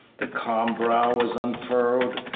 the calm brow was unfurrowed,